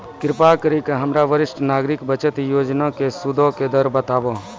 कृपा करि के हमरा वरिष्ठ नागरिक बचत योजना के सूदो के दर बताबो